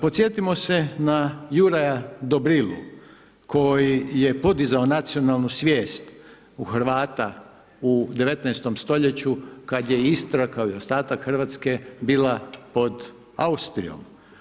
Podsjetimo se na Juraja Dobrilu koji je podizao nacionalnu svijest u Hrvata u 19. stoljeću kad je Istra kao i ostatak Hrvatske bila pod Austrijom.